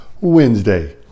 Wednesday